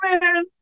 man